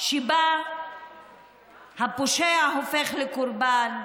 שבה הפושע הופך לקורבן,